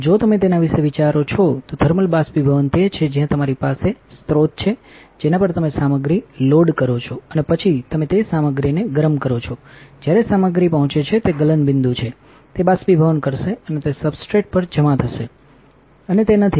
જો તમે તેના વિશે વિચારો છો થર્મલ બાષ્પીભવન તે છે જ્યાં તમારી પાસે સ્રોત છે જેના પર તમેસામગ્રીલોડ કરો છોઅને પછી તમે તે સામગ્રીને ગરમ કરો છો જ્યારે સામગ્રી પહોંચે છે તે ગલનબિંદુ છે તે બાષ્પીભવન કરશે અને તે સબસ્ટ્રેટ પર જમા થશેઅને તે નથી